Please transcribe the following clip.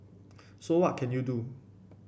so what can you do